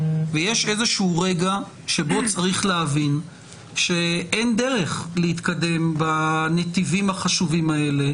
ויש איזשהו רגע שבו צריך להבין שאין דרך להתקדם בנתיבים החשובים האלה,